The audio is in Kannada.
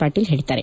ಪಾಟೀಲ್ ಹೇಳಿದ್ದಾರೆ